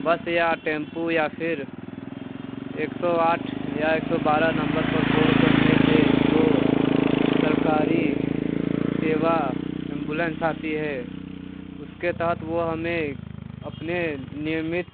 बस या टेम्पू या फिर एक सौ आठ या एक सौ बारह नंबर पर फोन करने से जो सरकारी सेवा एम्बुलेंस आती है उसके तहत वो हमें अपने नियमित